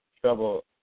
trouble